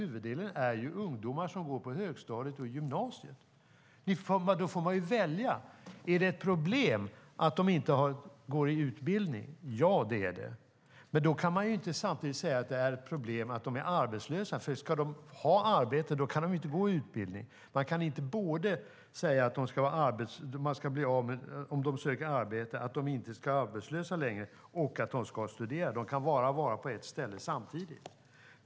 Huvuddelen är ungdomar som går i högstadiet och gymnasiet. Man kan fråga sig om det är ett problem att ungdomarna inte är i utbildning. Ja, det är det, men man kan inte samtidigt säga att det är ett problem att de är arbetslösa, för ska de ha arbete kan de inte vara i utbildning. Man kan inte säga att om de söker arbete, och därmed inte längre ska vara arbetslösa, de samtidigt ska studera. De kan bara vara på ett ställe åt gången.